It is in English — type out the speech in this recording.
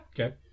Okay